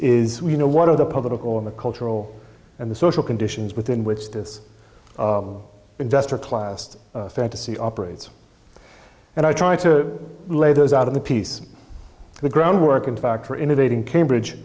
is you know what are the political and the cultural and the social conditions within which this investor class fantasy operates and i try to lay those out of the piece the ground work and factor innovating cambridge